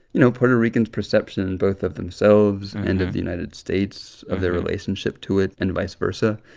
you know, puerto ricans' perception both of themselves and of the united states, of their relationship to it and vice versa.